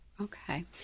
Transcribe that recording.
Okay